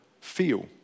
feel